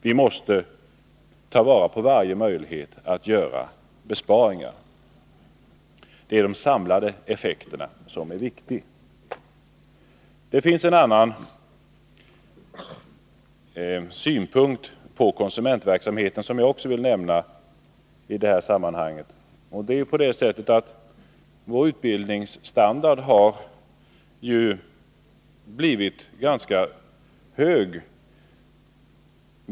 Vi måste ta vara på varje möjlighet att göra besparingar. Det är de samlade effekterna som är viktiga. Det finns en annan synpunkt på konsumentverksamheten som jag också vill nämna det här sammanhanget, och det är att vår utbildningsstandard har blivit ganska hög.